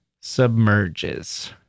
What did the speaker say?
submerges